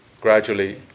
gradually